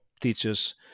teachers